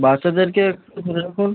বাচ্চাদেরকে একটু ধরে রাখুন